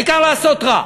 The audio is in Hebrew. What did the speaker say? העיקר לעשות רע.